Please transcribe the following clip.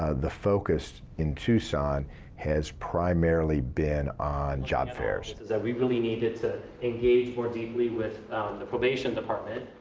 ah the focus in tucson has primarily been on job fairs. that we really needed to engage more deeply with the probation department.